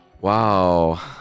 Wow